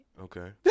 Okay